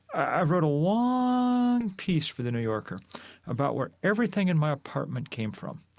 i wrote a long piece for the new yorker about where everything in my apartment came from.